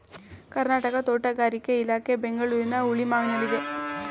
ಕರ್ನಾಟಕ ತೋಟಗಾರಿಕೆ ಇಲಾಖೆ ಬೆಂಗಳೂರಿನ ಹುಳಿಮಾವಿನಲ್ಲಿದೆ